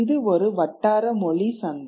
இது ஒரு வட்டாரமொழி சந்தை